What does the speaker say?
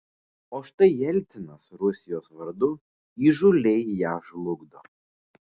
o štai jelcinas rusijos vardu įžūliai ją žlugdo